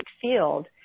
field